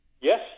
Yes